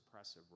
suppressive